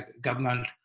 government